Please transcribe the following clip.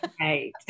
Right